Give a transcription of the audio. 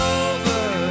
over